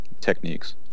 techniques